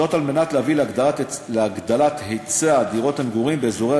זאת על מנת להביא להגדלת היצע דירות המגורים באזורי